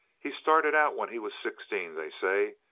he started out when he was sixteen, they say,